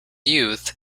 youth